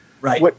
Right